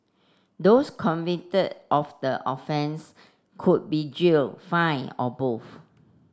those convicted of the offence could be jailed fined or both